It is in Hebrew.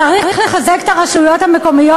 צריך לחזק את הרשויות המקומיות.